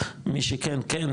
מי שכן כן,